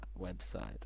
website